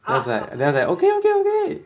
then I was like then I was like okay okay okay